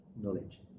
knowledge